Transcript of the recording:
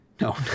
No